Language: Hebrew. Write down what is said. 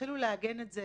אנחנו